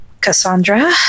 Cassandra